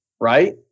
right